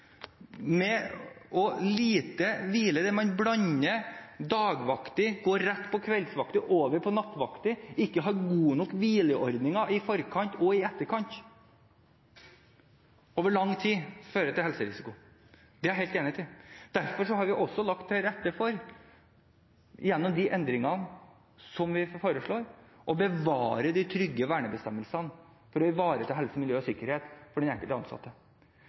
vakter og lite hvile – når man fra dagvakt går rett på kveldsvakt og over på nattevakt, og ikke har gode nok hvileordninger i forkant og i etterkant – over lang tid fører til helserisiko. Det er jeg helt enig i. Derfor har vi lagt til rette for, gjennom de endringene som vi foreslår, å bevare de trygge vernebestemmelsene for å ivareta helse, miljø og sikkerhet for den enkelte ansatte.